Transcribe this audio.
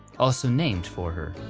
also named for her.